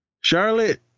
Charlotte